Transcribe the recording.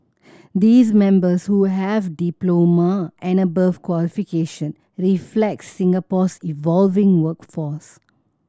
these members who have diploma and above qualification reflect Singapore's evolving workforce